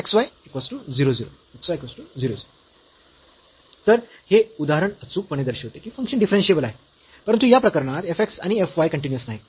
तर हे उदाहरण अचूकपणे दर्शविते की फंक्शन डिफरन्शियेबल आहे परंतु या प्रकरणात f x आणि f y कन्टीन्यूअस नाहीत